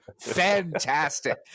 Fantastic